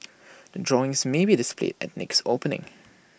the drawings may be displayed at next opening